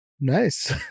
Nice